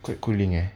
quite cooling eh